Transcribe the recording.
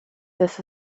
this